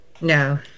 No